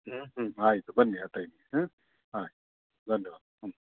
ಹ್ಞೂ ಹ್ಞೂ ಆಯಿತು ಬನ್ನಿ ಆ ಟೈಮಿಗೆ ಹ್ಞೂ ಆಯ್ತು ಬಂದೆ ಬಂದೆ ಹ್ಞೂ